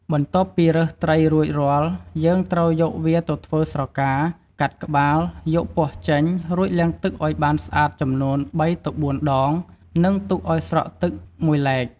បន្ទាប់ពីរើសត្រីរួចរាល់ យើងត្រូវយកវាទៅធ្វើស្រកា កាត់ក្បាល យកពោះចេញ រួចលាងទឹកឱ្យបានស្អាតចំនួន ៣ទៅ៤ដង និងទុកឱ្យស្រក់ទឹកមួយឡែក។